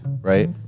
right